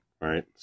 right